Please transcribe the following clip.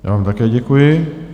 Já vám také děkuji.